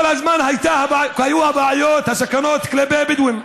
כל הזמן היו הבעיות, הסכנות, כלפי הבדואים,